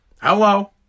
Hello